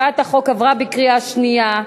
הצעת החוק עברה בקריאה שנייה.